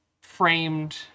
framed